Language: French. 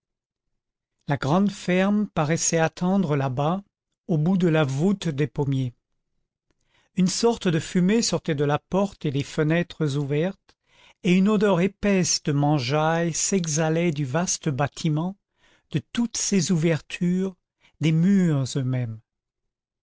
la grande ferme paraissait attendre là-bas au bout de la voûte des pommiers une sorte de fumée sortait de la porte et des fenêtres ouvertes et une odeur épaisse de mangeaille s'exhalait du vaste bâtiment de toutes ses ouvertures des murs eux-mêmes